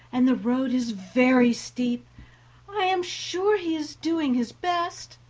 and the road is very steep i am sure he is doing his best.